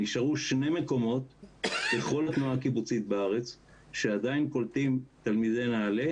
נשארו שני מקומות בכל התנועה הקיבוצית בארץ שעדיין קולטים תלמידי נעל"ה,